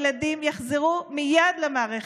שכל הילדים יחזרו מייד למערכת.